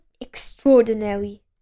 extraordinary